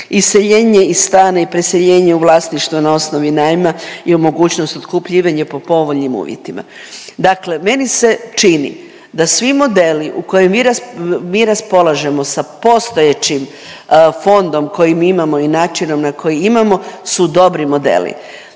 iseljenje iz stana i preseljenje u vlasništvo na osnovi najma i mogućnost otkupljivanja po povoljnim uvjetima. Dakle, meni se čini da svi modeli u kojim mi raspolažemo sa postojećim fondom koji mi imamo i načinom na koji imamo su dobri modeli.